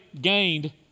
gained